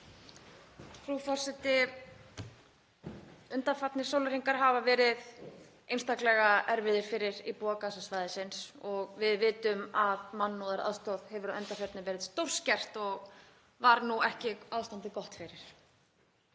Frú forseti. Undanfarnir sólarhringar hafa verið einstaklega erfiðir fyrir íbúa Gaza-svæðisins. Við vitum að mannúðaraðstoð hefur að undanförnu verið stórskert og var nú ekki ástandið gott fyrir.